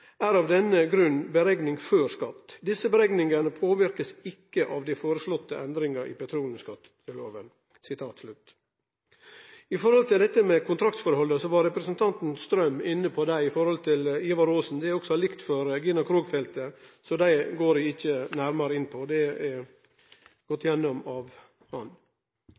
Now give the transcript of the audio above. er av denne grunn beregninger før skatt. Disse beregningene påvirkes ikke av de foreslåtte endringene i petroleumsskatteloven.» Representanten Strøm var inne på kontraktsforholda med omsyn til Ivar Aasen-feltet. Det er likt for Gina Krog-feltet, så dei går eg ikkje nærmare inn på – det er gått gjennom av han.